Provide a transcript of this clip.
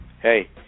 hey